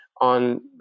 on